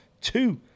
two